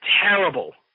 terrible